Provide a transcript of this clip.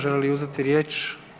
Želi li uzeti riječ?